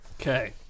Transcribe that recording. Okay